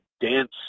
dance